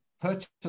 purchase